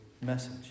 message